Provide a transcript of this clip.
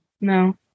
No